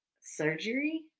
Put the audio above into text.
surgery